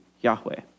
Yahweh